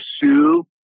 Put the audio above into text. sue